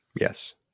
Yes